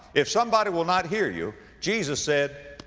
if somebody will not hear you, jesus said,